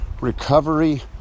recovery